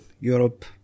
Europe